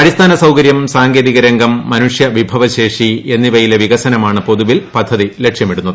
അടിസ്ഥാന സൌകര്യം സാങ്കേതികരംഗം മനുഷ്യവിഭവശേഷി എന്നിവയിലെ വികസനമാണ് പൊതുവിൽ പദ്ധതി ലക്ഷ്യമിടുന്നത്